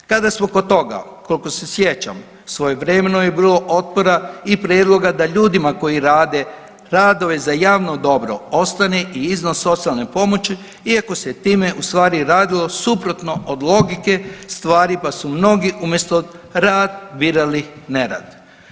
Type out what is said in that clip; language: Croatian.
Kada smo kod toga koliko se sjećam svojevremeno je bilo otpora i prijedloga da ljudima koji rade radove za javno dobro ostane i iznos socijalne pomoći iako se time u stvari radilo suprotno od logike stvari, pa su mnogi umjesto rad birali nerad.